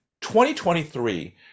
2023